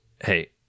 hey